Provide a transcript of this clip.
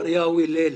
שמריהו הלל.